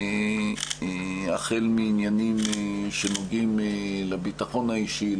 החל מעניינים שנוגעים לביטחון האישי,